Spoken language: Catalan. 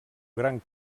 gran